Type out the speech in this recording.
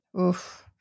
Oof